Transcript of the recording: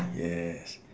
yes